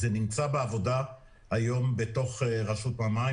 זה נמצא בעבודת מטה ברשות המים,